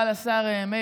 בלבלת אותי, מרגי.